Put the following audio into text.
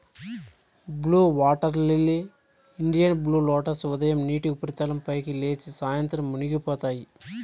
blue water lily, Indian blue lotus ఉదయం నీటి ఉపరితలం పైకి లేచి, సాయంత్రం మునిగిపోతాయి